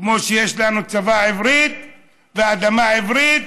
כמו שיש לנו צבא עברי ואדמה עברית,